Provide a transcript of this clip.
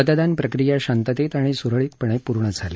मतदान प्रक्रिया शांततेत आणि स्रळीतपणे पूर्ण झाली